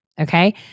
okay